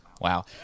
Wow